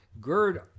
GERD